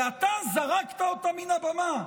ואתה זרקת אותה מהבמה.